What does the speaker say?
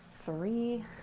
three